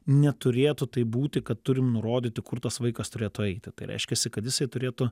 neturėtų taip būti kad turim nurodyti kur tas vaikas turėtų eiti tai reiškiasi kad jisai turėtų